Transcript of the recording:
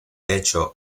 hecho